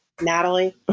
Natalie